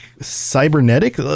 cybernetic